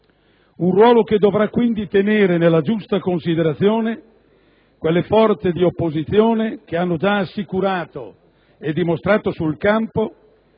Un ruolo che dovrà quindi tenere nella giusta considerazione quelle forze di opposizione che hanno già assicurato e dimostrato sul campo